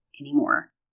anymore